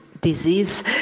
Disease